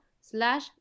slash